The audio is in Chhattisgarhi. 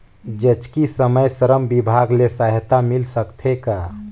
जचकी समय श्रम विभाग ले सहायता मिल सकथे का?